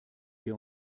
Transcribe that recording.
wir